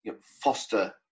foster